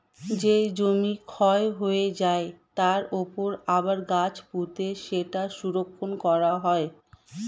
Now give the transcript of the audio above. যেই জমি ক্ষয় হয়ে যায়, তার উপর আবার গাছ পুঁতে সেটা সংরক্ষণ করা হয়